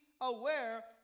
aware